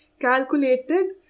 calculated